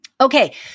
Okay